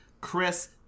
Chris